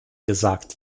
gesagt